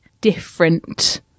different